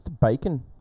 bacon